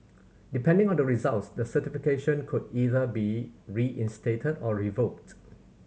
depending on the results the certification could either be reinstated or revoked